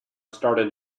started